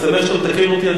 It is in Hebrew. אני שמח שאתה מתקן אותי.